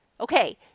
Okay